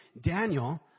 Daniel